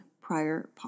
prior